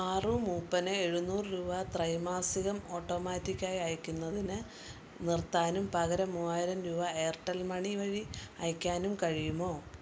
പാറു മൂപ്പന് എഴുന്നൂറു രൂപ ത്രൈമാസികം ഓട്ടോമാറ്റിക്ക് ആയി അയയ്ക്കുന്നതിന് നിർത്താനും പകരം മൂവായിരം രൂപ എയർടെൽ മണി വഴി അയയ്ക്കാനും കഴിയുമോ